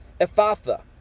Ephatha